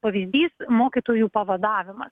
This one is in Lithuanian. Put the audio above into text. pavyzdys mokytojų pavadavimas